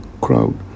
crowd